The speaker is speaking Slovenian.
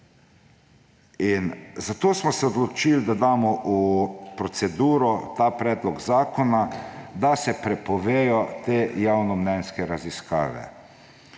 Zato smo se odločili, da damo v proceduro ta predlog zakona, da se prepovedo te javnomnenjske raziskave.